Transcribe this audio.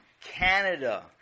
Canada